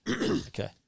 Okay